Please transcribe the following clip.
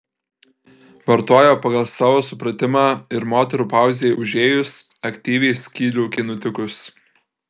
vartojo pagal savo supratimą ir moterų pauzei užėjus aktyviai skydliaukei nutikus